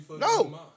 No